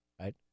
right